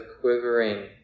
quivering